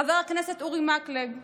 חבר הכנסת אורי מקלב אומר: